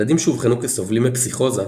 ילדים שאובחנו כסובלים מפסיכוזה,